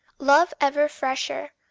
love ever fresher,